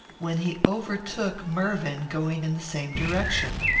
when he overtook mervyn going in the same direction.